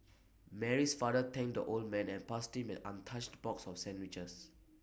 Mary's father thanked the old man and passed him an untouched box of sandwiches